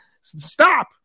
stop